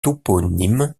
toponyme